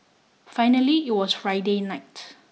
finally it was Friday night